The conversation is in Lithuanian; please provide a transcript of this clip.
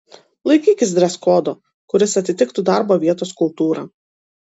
laikykis dreskodo kuris atitiktų darbo vietos kultūrą